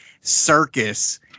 circus